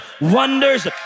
wonders